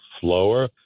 slower